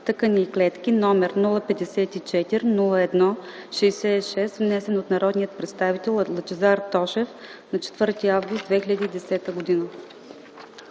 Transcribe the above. тъкани и клетки, № 054-01-66, внесен от народния представител Лъчезар Тошев на 4 август 2010 г.”